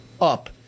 up